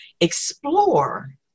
explore